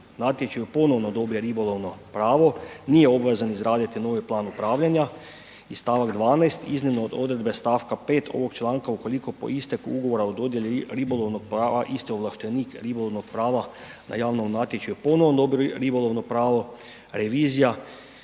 natječaju ponovno odobre ribolovno pravo, nije obvezan izraditi novi plan upravljanja. I stavak 12. Iznimno od odredbe stavka 5. ovog članka ukoliko po isteku ugovora o dodjeli ribolovnog prava isti ovlaštenik ribolovnog prava na javnom natječaju ponovno .../Govornik se